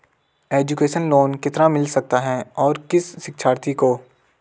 Education loan कितना मिल सकता है और किस शिक्षार्थी को?